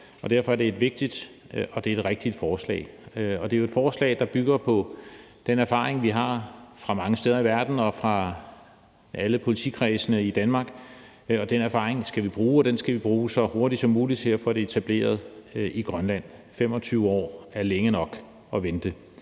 Derfor er det et vigtigt og et rigtigt forslag. Det er jo et forslag, der bygger på den erfaring, vi har fra mange steder i verden og fra alle politikredsene i Danmark. Den erfaring skal vi bruge, og den skal vi bruge så hurtigt som muligt til at få det etableret i Grønland. 25 år er længe nok at vente,